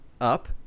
up